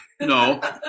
No